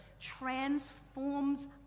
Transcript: transforms